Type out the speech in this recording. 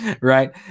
right